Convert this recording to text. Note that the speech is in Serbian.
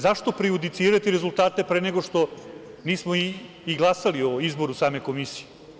Zašto prejudicirati rezultate pre nego što nismo i glasali o izboru same komisije?